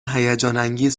هیجانانگیز